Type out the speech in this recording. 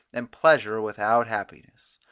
and pleasure without happiness.